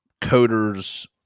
coders